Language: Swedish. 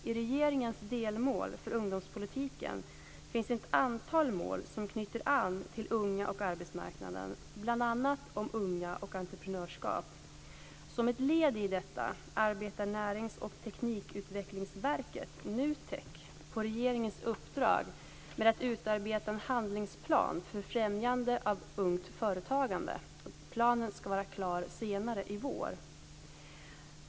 I regeringens delmål för ungdomspolitiken finns ett antal mål som knyter an till unga och arbetsmarknad, bl.a. om unga och entreprenörskap. Som ett led i detta arbetar Närings och teknikutvecklingsverket, NUTEK, på regeringens uppdrag med att utarbeta en handlingsplan för främjande av ungt företagande. Planen ska vara klar senare i vår.